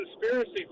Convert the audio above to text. conspiracy